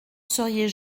seriez